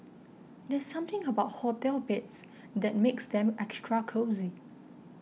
there's something about hotel beds that makes them extra cosy